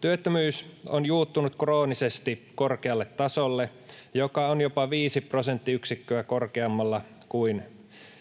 Työttömyys on juuttunut kroonisesti korkealle tasolle, joka on jopa viisi prosenttiyksikköä korkeammalla kuin